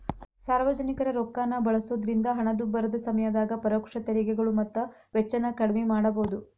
ಸಾರ್ವಜನಿಕರ ರೊಕ್ಕಾನ ಬಳಸೋದ್ರಿಂದ ಹಣದುಬ್ಬರದ ಸಮಯದಾಗ ಪರೋಕ್ಷ ತೆರಿಗೆಗಳು ಮತ್ತ ವೆಚ್ಚನ ಕಡ್ಮಿ ಮಾಡಬೋದು